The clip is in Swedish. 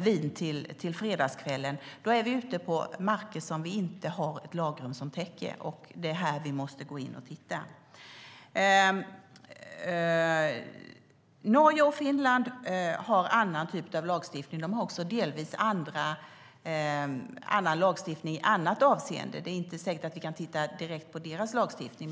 vin till fredagskvällen är vi ute på marker som vi inte har lagrum som täcker. Det är här vi måste gå in och titta. Norge och Finland har annan typ av lagstiftning. De har också delvis annan lagstiftning i andra avseenden. Det är inte säkert att vi kan titta direkt på deras lagstiftning.